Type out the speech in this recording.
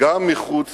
גם מחוץ